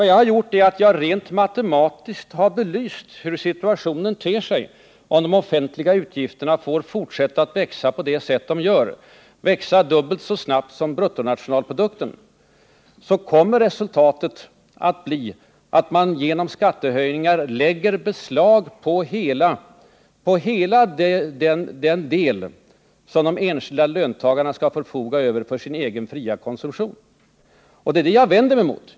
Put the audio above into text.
Vad jag har gjort är att rent matematiskt belysa hur situationen skulle te sig om de offentliga utgifterna får fortsätta att växa på det sätt som de nu gör, nämligen dubbelt så snabbt som bruttonationalprodukten. Då kommer resultatet att bli att man genom skattehöjningar lägger beslag på hela den del som de enskilda löntagarna eljest skulle få förfoga över för sin egen fria konsumtion. Det är detta jag vänder mig mot.